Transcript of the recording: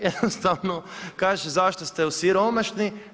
Jednostavno, kaže zašto ste siromašni?